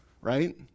right